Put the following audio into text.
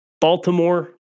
Baltimore